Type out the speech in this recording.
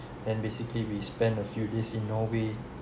and basically we spend a few days in norway